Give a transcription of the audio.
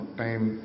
time